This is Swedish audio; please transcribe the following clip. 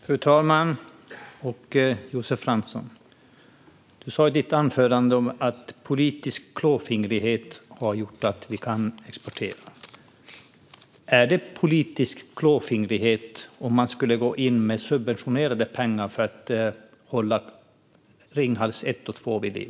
Fru talman och Josef Fransson! Du sa i ditt anförande att politisk klåfingrighet har gjort att vi kan exportera. Skulle det vara politisk klåfingrighet om man gick in med subventionerade pengar för att hålla Ringhals 1 och 2 vid liv?